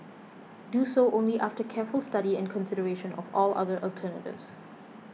do so only after careful study and consideration of all other alternatives